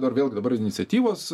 dar vėlgi dabar iniciatyvos